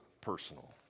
personal